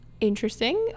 interesting